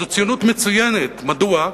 זו ציונות מצוינת, מדוע?